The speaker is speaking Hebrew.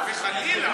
חס וחלילה.